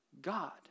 God